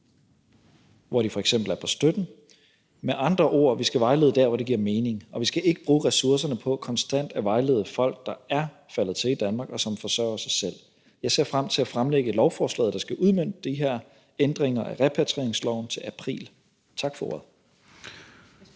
hvor de f.eks. er på støtten. Med andre ord: Vi skal vejlede der, hvor det giver mening, og vi skal ikke bruge ressourcerne på konstant at vejlede folk, der er faldet til i Danmark, og som forsørger sig selv. Jeg ser frem til at fremsætte lovforslaget, der skal udmønte de her ændringer af repatrieringsloven, til april. Tak for ordet.